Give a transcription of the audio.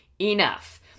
enough